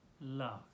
love